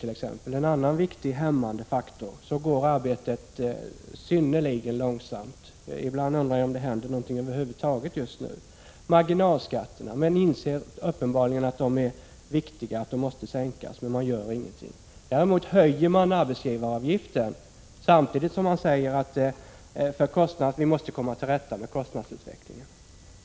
Arbetet på den kanten går synnerligen långsamt, och ibland undrar man om det händer någonting över huvud taget. Uppenbarligen inser ni att det är viktigt att sänka marginalskatterna, men ni gör ingenting. Däremot höjer ni arbetsgivaravgiften samtidigt som ni säger att vi måste komma till rätta med kostnadsutvecklingen.